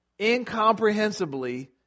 ...incomprehensibly